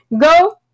go